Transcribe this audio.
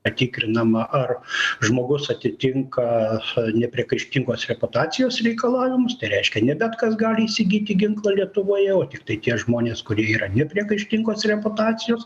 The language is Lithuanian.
patikrinama ar žmogus atitinka nepriekaištingos reputacijos reikalavimus tai reiškia ne bet kas gali įsigyti ginklą lietuvoje o tiktai tie žmonės kurie yra nepriekaištingos reputacijos